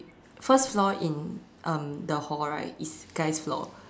first floor in um the hall right is guy's floor